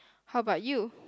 how about you